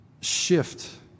shift